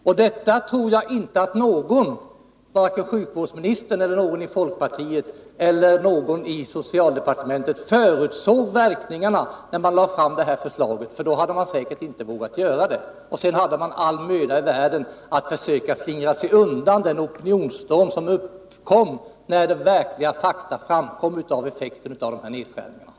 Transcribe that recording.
Jag tror inte att någon — vare sig sjukvårdsministern eller någon i folkpartiet eller någon i socialdepartementet — förutsåg verkningarna när man lade fram det här förslaget, för då hade man säkert inte vågat göra det. Sedan hade man all möda i världen att slingra sig undan den opinionsstorm som uppstod när verkliga fakta framkom om effekten av de aktuella nedskärningarna.